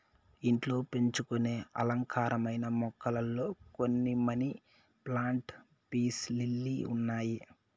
ఇంట్లో పెంచుకొనే అలంకారమైన మొక్కలలో కొన్ని మనీ ప్లాంట్, పీస్ లిల్లీ ఉన్నాయి